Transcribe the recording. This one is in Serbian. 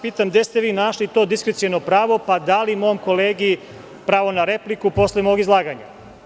Pitam vas – gde ste našli to diskreciono pravo, pa dali mom kolegi pravo na repliku posle mog izlaganja?